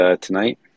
tonight